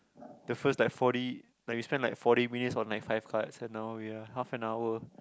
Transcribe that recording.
the first like forty like we spend like forty minutes on like five cards and now we are half an hour